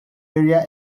area